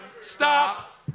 stop